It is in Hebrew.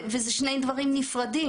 ואלה שני דברים נפרדים